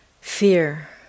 fear